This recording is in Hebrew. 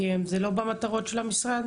זה לא במטרות של המשרד?